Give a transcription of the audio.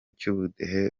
cy’ubudehe